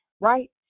right